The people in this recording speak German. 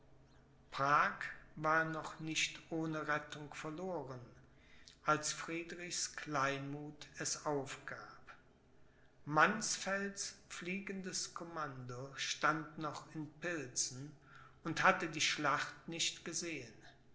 prag war noch nicht ohne rettung verloren als friedrichs kleinmuth es aufgab mannsfelds fliegendes commando stand noch in pilsen und hatte die schlacht nicht gesehen